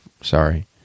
Sorry